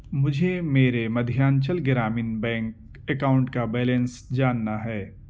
مجھے میرے Madhyanchal Gramin Bank account کا بیلنس جاننا ہے